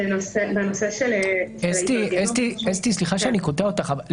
סליחה שאני קוטע אותך,